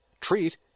treat